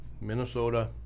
Minnesota